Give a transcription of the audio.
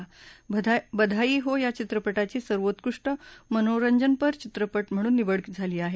बधाई हो या चित्रपटाची सर्वोत्कृष्ट मनोरंजनपर चित्रपट म्हणून निवड झाली आहे